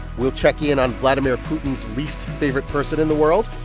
we'll check in on vladimir putin's least favorite person in the world.